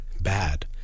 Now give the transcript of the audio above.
bad